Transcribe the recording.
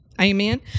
Amen